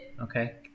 Okay